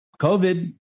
COVID